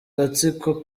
gatsiko